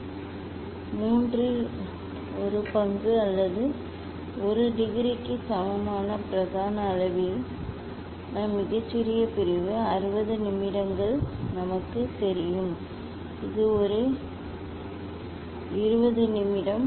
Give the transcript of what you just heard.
1 பிரிவு 1 பிரிவு 1 பிரிவு 3 ஆல் 3 டிகிரி மூன்றில் ஒரு பங்கு அல்லது 1 டிகிரிக்கு சமமான பிரதான அளவிலான மிகச்சிறிய பிரிவு 60 நிமிடங்கள் நமக்குத் தெரியும் இது ஒரு 20 நிமிடம்